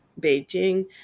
Beijing